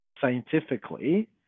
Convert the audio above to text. scientifically